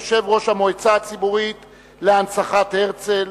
יושב-ראש המועצה הציבורית להנצחת זכרו של הרצל,